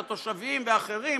את התושבים ואחרים,